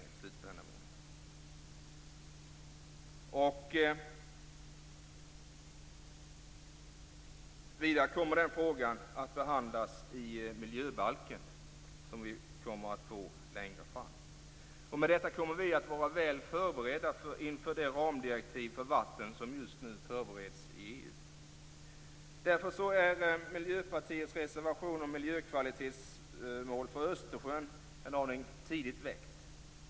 Den frågan kommer att behandlas i miljöbalken som vi får längre fram. Med detta kommer vi att vara väl förberedda inför det ramdirektiv för vatten som just nu förbereds i EU. Östersjön är därför en aning tidigt väckt.